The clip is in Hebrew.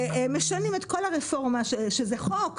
משנים את כל הרפורמה שזה חוק,